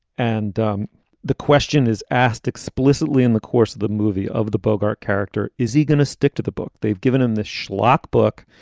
and um the question is asked explicitly in the course of the movie over the bogart character, is he going to stick to the book? they've given him the schlock book.